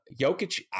Jokic